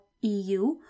EU